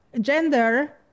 gender